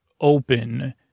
open